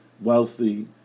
wealthy